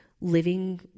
living